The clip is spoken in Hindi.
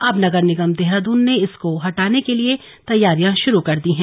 अब नगर निगम देहरादून ने इसको हटाने के लिए तैयारियां शुरू कर दी हैं